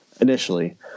initially